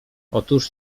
otóż